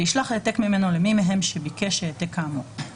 וישלח העתק ממנו למי מהם שביקש העתק כאמור.